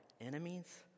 enemies